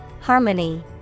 Harmony